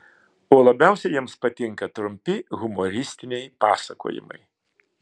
o labiausiai jiems patinka trumpi humoristiniai pasakojimai